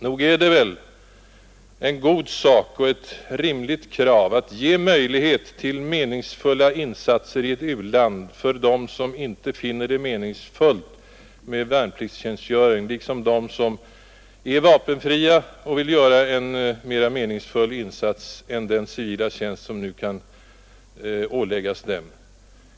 Nog är det väl en god sak och ett rimligt krav att ge möjlighet till meningsfulla insatser i ett u-land för dem som inte finner det meningsfullt med värnpliktstjänstgöring liksom för dem som är vapenfria och vill göra en mera meningsfull insats än den civila tjänst som nu ålägges dem.